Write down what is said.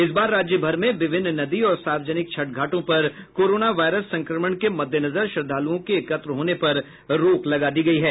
इस बार राज्य भर में विभिन्न नदी और सार्वजनिक छठ घाटों पर कोरोना वायरस संक्रमण के मद्देनजर श्रद्धालुओं के एकत्र होने पर रोक है